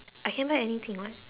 I can buy anything [what]